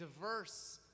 diverse